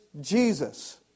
Jesus